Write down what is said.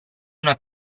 una